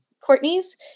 Courtney's